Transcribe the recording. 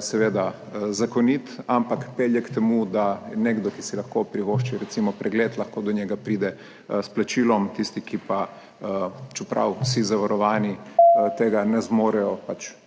seveda zakonit, ampak pelje k temu, da nekdo, ki si lahko privošči recimo pregled, lahko do njega pride s plačilom, tisti, ki pa čeprav vsi zavarovani tega ne zmorejo pač